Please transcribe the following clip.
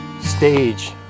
stage